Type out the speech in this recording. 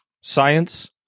Science